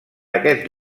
aquest